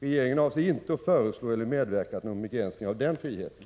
Regeringen avser inte att föreslå eller medverka till någon begränsning av den friheten.